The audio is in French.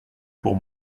pour